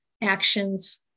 actions